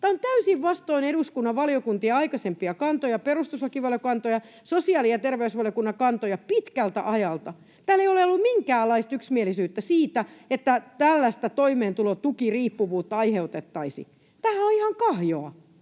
Tämä on täysin vastoin eduskunnan valiokuntien aikaisempia kantoja, perustuslakivaliokunnan kantoja, sosiaali- ja terveysvaliokunnan kantoja, pitkältä ajalta. Täällä ei ole ollut minkäänlaista yksimielisyyttä siitä, että tällaista toimeentulotukiriippuvuutta aiheutettaisiin. Tämähän on ihan kahjoa.